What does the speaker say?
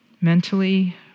Mentally